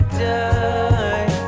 die